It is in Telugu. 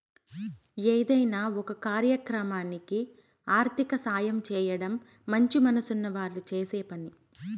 ఏదైనా ఒక కార్యక్రమానికి ఆర్థిక సాయం చేయడం మంచి మనసున్న వాళ్ళు చేసే పని